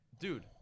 Dude